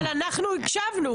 אבל אנחנו הקשבנו.